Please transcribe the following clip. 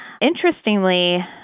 Interestingly